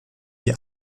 die